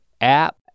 app